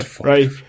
Right